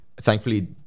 Thankfully